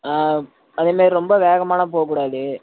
ஆ அதேமாதிரி ரொம்ப வேகமாகலாம் போக கூடாது